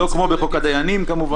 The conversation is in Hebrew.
לא כמו בחוק הדיינים כמובן.